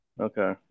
Okay